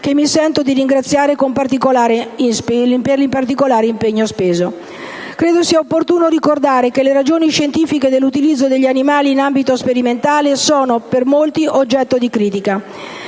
che mi sento di ringraziare particolarmente per l'impegno speso. Credo sia opportuno ricordare che le ragioni scientifiche dell'utilizzo degli animali in ambito sperimentale sono per molti oggetto di critica.